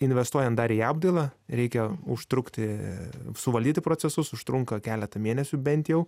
investuojant dar į apdailą reikia užtrukti suvaldyti procesus užtrunka keletą mėnesių bent jau